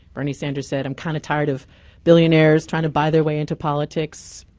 bernie sanders said, i'm kind of tired of billionaires trying to buy their way into politics.